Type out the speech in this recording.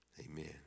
amen